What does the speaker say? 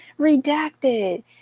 redacted